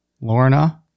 Lorna